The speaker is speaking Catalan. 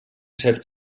cert